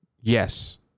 Yes